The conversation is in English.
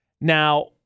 Now